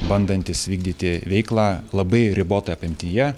bandantis vykdyti veiklą labai ribotoj apimtyje